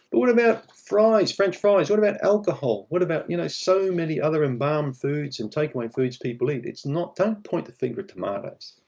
but what about french fries? what about alcohol? what about you know so many other embalmed foods and takeaway foods people eat? it's not. don't point the finger at tomatoes.